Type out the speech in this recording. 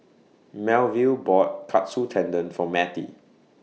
Melville bought Katsu Tendon For Mattie